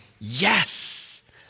yes